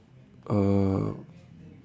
uh